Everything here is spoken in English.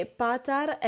patar